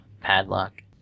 padlock